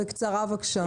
בקצרה, בבקשה.